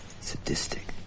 sadistic